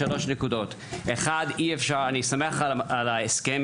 שלוש נקודות: ראשית אני שמח על ההסכם,